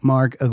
Mark